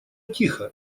тихо